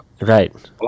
Right